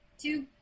Two